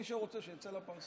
מי שרוצה, שיצא לפרסה.